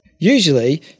usually